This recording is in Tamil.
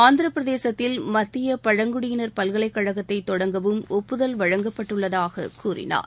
ஆந்திரப்பிரதேசத்தில் மத்திய பழங்குடியின பல்கலைக்கழகத்தை தொடங்கவும் ஒப்புதல் வழங்கப்பட்டுள்ளதாகவும் கூறினார்